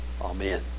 Amen